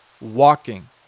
walking